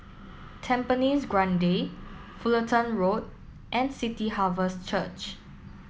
Tampines Grande Fullerton Road and City Harvest Church